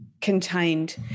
contained